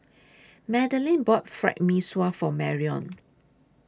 Madalyn bought Fried Mee Sua For Marion